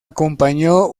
acompañó